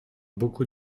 beaucoup